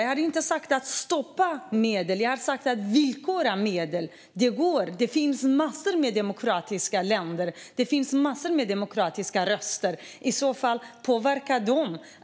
Jag har inte sagt att man ska stoppa medel, utan jag har sagt att man ska villkora medel. Det går. Det finns massor med demokratiska länder och massor med demokratiska röster. I så fall kan man påverka dem.